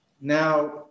Now